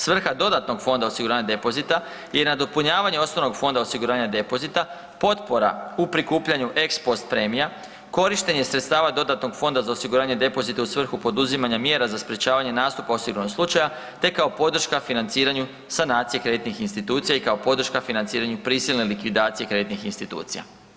Svrha dodatnog fonda osiguranja depozita je nadopunjavanje osnovnog fonda osiguranja depozita, potpora u prikupljanju ex post premia, korištenje sredstava dodatnog fonda za osiguranje depozita u svrhu poduzimanja mjera za sprečavanje nastupa osiguranog slučaja te kao po drška financiranju sanacije kreditnih institucija i kao podrška financiranju prisilne likvidacije kreditnih institucija.